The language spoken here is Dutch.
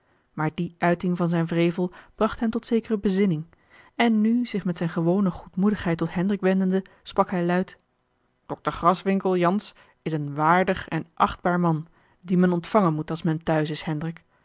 maar die uiting van zijn wrevel bracht hem tot zekere bezinning en nu zich met zijne gewone goedmoedigheid tot hendrik wendende sprak hij luid dr graswinckel jansz is een waardig en achtbaar man dien men ontvangen moet als men thuis is hendrik